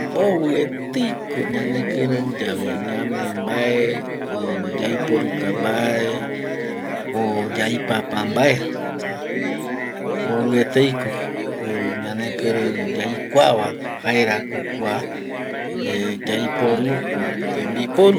mboeteiko ñanekirei yave ñame mbae o yaiporuka mabe o yaipapa mbae mbovieteiko ñanekirei yaikuavano jaerako kua yaiporu kua tembiporu